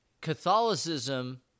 Catholicism